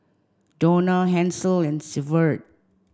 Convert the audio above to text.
Dawna Hansel and Severt